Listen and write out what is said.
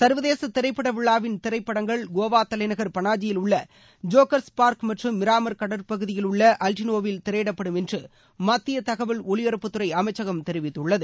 சர்வதேச திரைப்பட விழாவின் திரைப்படங்கள் கோவா தலைநகர் பனாஜயில் உள்ள ஜாக்கர்ஸ் பார்க் மற்றும் மிராமர் கடற்பகுதியில் உள்ள அல்டினோவில் திரையிடப்படும் என்று மத்திய தகவல் ஒலிபரப்புத்துறை அமைச்சகம் தெரிவித்துள்ளது